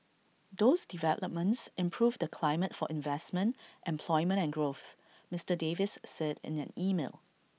those developments improve the climate for investment employment and growth Mister Davis said in an email